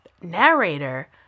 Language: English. narrator